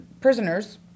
prisoners